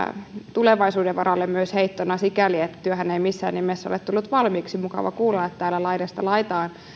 tulevaisuuden varalle myös heittona että työhän ei missään nimessä ole tullut valmiiksi mukava kuulla että täällä laidasta laitaan